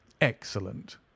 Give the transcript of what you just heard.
excellent